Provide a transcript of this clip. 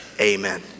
amen